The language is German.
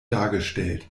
dargestellt